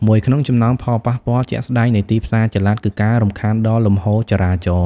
មួយក្នុងចំណោមផលប៉ះពាល់ជាក់ស្តែងនៃទីផ្សារចល័ត គឺការរំខានដល់លំហូរចរាចរណ៍។